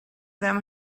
them